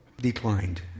declined